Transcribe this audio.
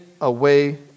away